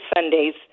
Sundays